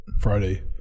Friday